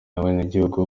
abenegihugu